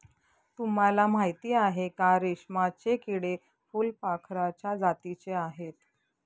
तुम्हाला माहिती आहे का? रेशमाचे किडे फुलपाखराच्या जातीचे आहेत